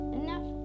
enough